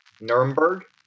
Nuremberg